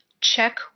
check